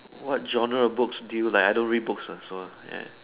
what genre of books do you like I don't read books ah so ya